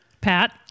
Pat